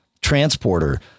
transporter